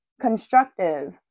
constructive